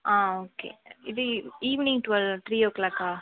ஆ okay இது ஈ evening twelve three ஓ க்ளாக்கா